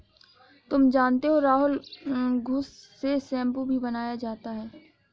तुम जानते हो राहुल घुस से शैंपू भी बनाया जाता हैं